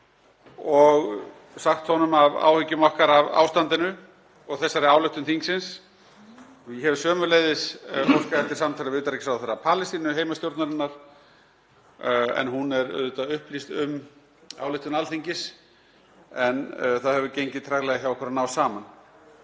og sagt honum af áhyggjum okkar af ástandinu og þessari ályktun þingsins. Ég hef sömuleiðis óskað eftir samtali við utanríkisráðherra Palestínuheimastjórnarinnar, hún er auðvitað upplýst um ályktun Alþingis, en það hefur gengið treglega hjá okkur að ná saman.